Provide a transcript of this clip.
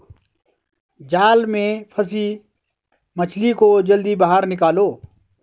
जाल में फसी मछली को जल्दी बाहर निकालो